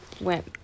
went